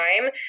time